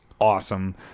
awesome